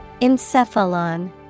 Encephalon